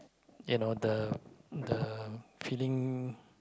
you know the the feeling